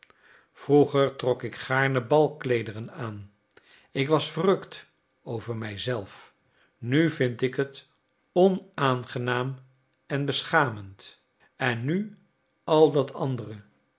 vroeger trok ik gaarne balkleederen aan ik was verrukt over mij zelf nu vind ik het onaangenaam en beschamend en nu al dat andere